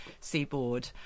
seaboard